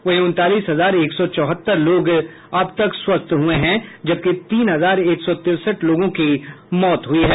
वहीं उनतालीस हजार एक सौ चौहत्तर लोग स्वस्थ हो चुके हैं जबकि तीन हजार एक सौ तिरसठ लोगों की मौत हुई है